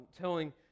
telling